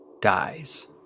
dies